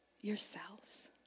yourselves